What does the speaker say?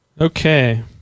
Okay